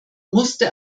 musste